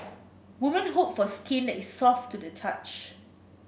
women hope for skin that is soft to the touch